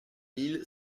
mille